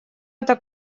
это